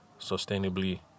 sustainably